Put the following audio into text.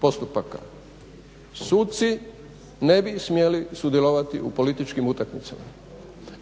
postupaka. Suci ne bi smjeli sudjelovati u političkim utakmicama,